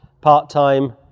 part-time